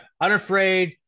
Unafraid